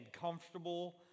comfortable